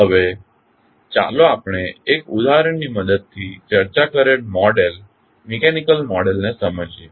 હવે ચાલો આપણે એક ઉદાહરણની મદદથી ચર્ચા કરેલ મોડેલ મિકેનિકલ મોડેલને સમજીએ